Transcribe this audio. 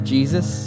Jesus